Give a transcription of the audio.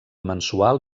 mensual